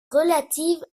relative